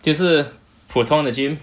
就是普通的 gym